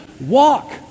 Walk